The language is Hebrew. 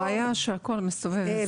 הבעיה שהכול מסתובב סביב האנשים באופן אישי.